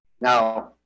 Now